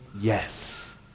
yes